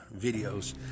videos